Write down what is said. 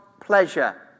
pleasure